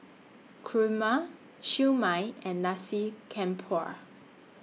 Kurma Siew Mai and Nasi Campur